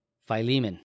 Philemon